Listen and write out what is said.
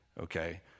Okay